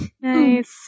Nice